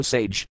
Sage